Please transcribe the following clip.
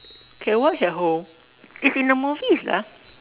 can watch at home it's in the movies lah